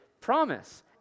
promise